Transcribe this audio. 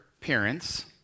parents